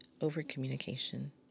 over-communication